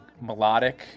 melodic